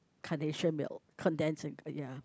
Carnation milk condensed and uh ya